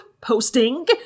Posting